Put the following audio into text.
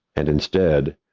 and instead,